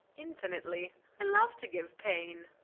infinitely i love to give pain.